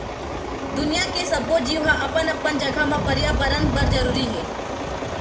दुनिया के सब्बो जीव ह अपन अपन जघा म परयाबरन बर जरूरी हे